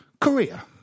Korea